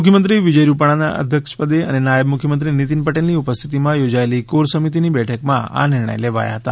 મુખ્યમંત્રી વિજય રૂપાણીના અધ્યક્ષપદે અને નાયબ મુખ્યમંત્રી નીતીન પટેલની ઉપસ્થિતિમાં યોજાયેલી કોર સમિતીની બેઠકમાં આ નિર્ણયો લેવાયા હતા